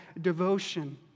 devotion